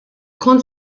kont